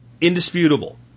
indisputable